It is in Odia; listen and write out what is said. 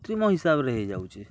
ତ୍ରିମ ହିସାବରେ ହୋଇଯାଉଛି